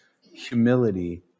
humility